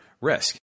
risk